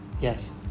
Yes